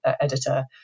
editor